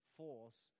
force